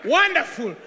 wonderful